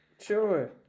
Sure